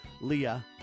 Leah